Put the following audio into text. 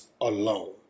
alone